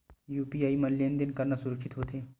का यू.पी.आई म लेन देन करना सुरक्षित होथे?